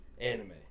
anime